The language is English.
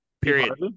period